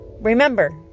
Remember